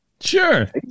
Sure